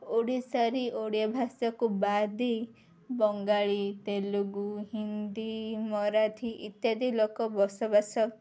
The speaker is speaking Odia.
ଓଡ଼ିଶା ଠାରେ ଓଡ଼ିଆ ଭାଷାକୁ ବାଦ୍ ଦେଇ ବଙ୍ଗାଳୀ ତେଲୁଗୁ ହିନ୍ଦୀ ମରାଠୀ ଇତ୍ୟାଦି ଲୋକ ବସବାସ